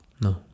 No